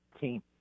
team